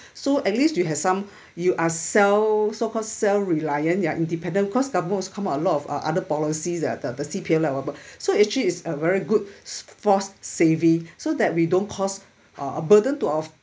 so at least you have some you are sel~ so-called self-reliant you are independent cause government was come out of a lot of uh other policies that the the C_P_F allowable so actually it's a very good forced saving so that we don't cause uh a burden to our